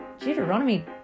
Deuteronomy